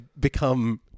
become